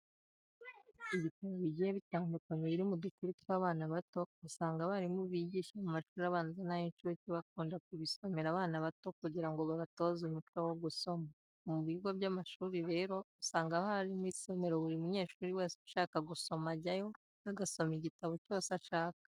Ibitabo bigiye bitandukanye birimo udukuru tw'abana bato usanga abarimu bigisha mu mashuri abanza n'ay'incuke bakunda kubisomera abana bato kugira ngo babatoze umuco wo gusoma. Mu bigo by'amashuri rero usanga haba harimo isomero buri munyeshuri wese ushaka gusoma ajyayo agasoma igitabo cyose ashaka.